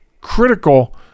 critical